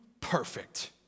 perfect